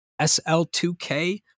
SL2K